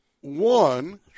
one